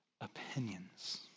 opinions